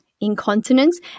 incontinence